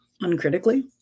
uncritically